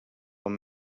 com